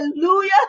Hallelujah